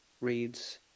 reads